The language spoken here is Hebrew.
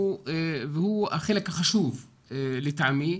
והוא החלק החשוב לטעמי,